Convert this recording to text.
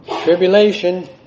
tribulation